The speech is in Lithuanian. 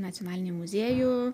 nacionalinį muziejų